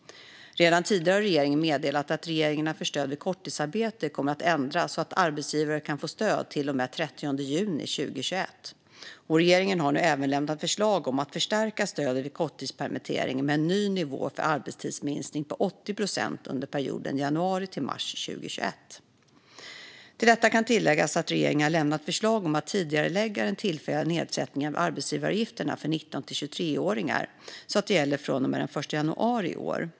Redan tidigare har regeringen meddelat att reglerna för stöd vid korttidsarbete kommer att ändras så att arbetsgivare kan få stöd till och med den 30 juni 2021. Regeringen har nu även lämnat förslag om att förstärka stödet vid korttidspermittering med en ny nivå för arbetstidsminskning på 80 procent under perioden januari-mars 2021. Till detta kan läggas att regeringen har lämnat förslag om att tidigarelägga den tillfälliga nedsättningen av arbetsgivaravgifterna för 19-23-åringar så att den gäller från och med den 1 januari i år.